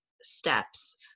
steps